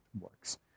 works